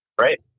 Right